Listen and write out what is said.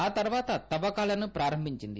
ఆ తర్వాత తవ్వకాలను ప్రారంభించింది